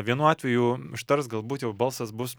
vienu atveju ištars galbūt jau balsas bus